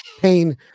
pain